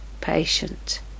Patient